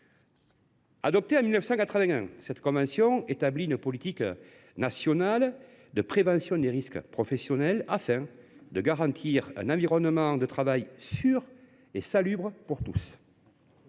Adoptée en 1981, cette convention établit une politique nationale de prévention des risques professionnels afin de garantir un environnement de travail « sûr et salubre » pour tous.